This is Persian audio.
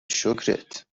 شکرت